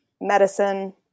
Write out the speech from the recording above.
medicine